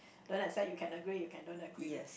don't accept you can agree you can don't agree